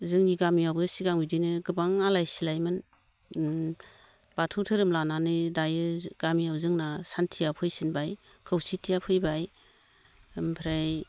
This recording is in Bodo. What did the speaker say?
जोंनि गामियावबो सिगां बिदिनो गोबां आलाय सिलायमोन बाथौ धोरोम लानानै दायो गामियाव जोंना सान्थिया फैसिनबाय खौसेथिया फैबाय ओमफ्राय